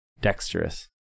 dexterous